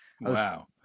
wow